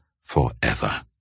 forever